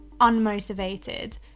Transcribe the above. unmotivated